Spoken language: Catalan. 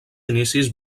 inicis